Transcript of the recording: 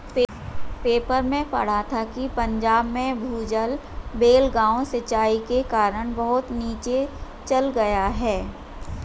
paper में पढ़ा था कि पंजाब में भूजल बेलगाम सिंचाई के कारण बहुत नीचे चल गया है